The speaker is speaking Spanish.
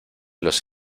los